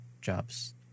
jobs